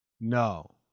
No